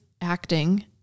acting